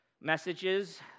messages